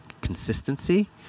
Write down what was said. consistency